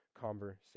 conversation